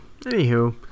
anywho